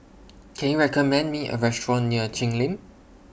Can YOU recommend Me A Restaurant near Cheng Lim